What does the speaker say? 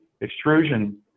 extrusion